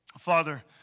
Father